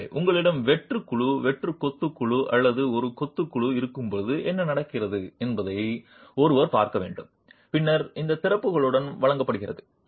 எனவே உங்களிடம் வெற்று குழு வெற்று கொத்து குழு அல்லது ஒரு கொத்து குழு இருக்கும்போது என்ன நடக்கிறது என்பதை ஒருவர் பார்க்க வேண்டும் பின்னர் இந்த திறப்புகளுடன் வழங்கப்படுகிறது